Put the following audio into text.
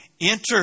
Enter